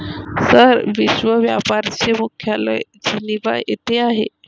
sir, विश्व व्यापार चे मुख्यालय जिनिव्हा येथे आहे